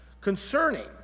concerning